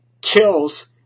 kills